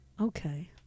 Okay